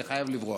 אני חייב לברוח.